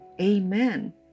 Amen